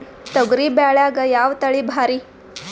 ತೊಗರಿ ಬ್ಯಾಳ್ಯಾಗ ಯಾವ ತಳಿ ಭಾರಿ?